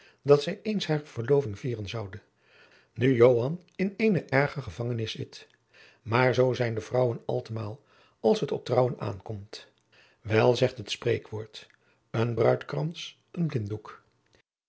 dat zij eens hare verloving vieren zoude nu joan in eene erger gevangenis zit maar zoo zijn de vrouwen altemaal als het op trouwen aankomt wel jacob van lennep de pleegzoon zegt het spreekwoord een bruidkrans een